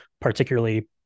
particularly